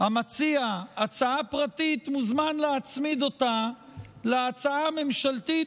המציע הצעה פרטית מוזמן להצמיד אותה להצעה הממשלתית,